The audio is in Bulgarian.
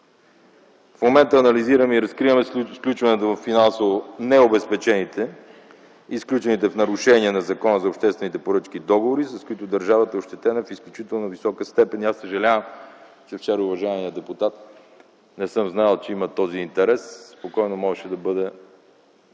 В момента анализираме и разкриваме, сключването на финансово необезпечените и сключените в нарушение на Закона за обществените поръчки договори, с които държавата е ощетена в изключително висока степен. Аз съжалявам, че вчера уважаемият депутат – не съм знаел, че има този интерес, спокойно можеше да бъде